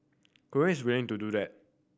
Korea is willing to do that